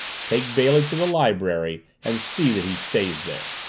take bailey to the library and see that he stays there.